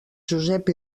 josep